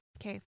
Okay